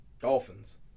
Dolphins